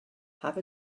have